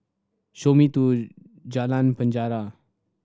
show me to Jalan Penjara